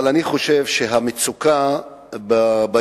אבל אני חושב שהמצוקה באשפוז,